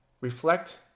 Reflect